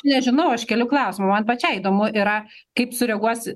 nežinau aš keliu klausimą man pačiai įdomu yra kaip sureaguos